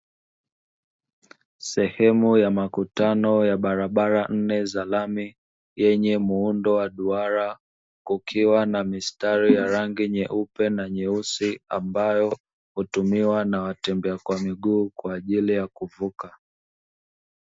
Sehemu ya makutano ya barabra nne za lami, yenye muundo wa duara kukiwa na mistari ya rangi nyeupe na nyeusi, ambayo hutumiwa na watembea kwa miguu kwa ajili ya kuvuka.